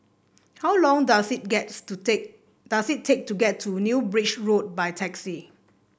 how long does it gets to take does it take to get to New Bridge Road by taxi